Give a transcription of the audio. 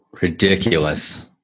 ridiculous